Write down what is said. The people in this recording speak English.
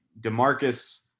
DeMarcus